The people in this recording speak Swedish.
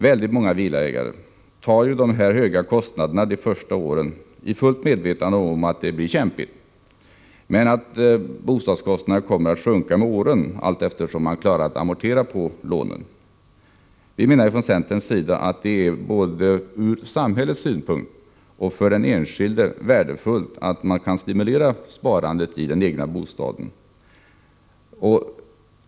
Väldigt många villaägare tar ju dessa höga kostnader de första åren i fullt medvetande om att det blir kämpigt men i medvetande om att bostadskostnaderna kommer att sjunka med åren allteftersom man klarat av att amortera på lånen. Från centerns sida menar vi att det ur både samhällets synpunkt och för den enskilde är värdefullt att man kan stimulera sparandet i den egna bostaden.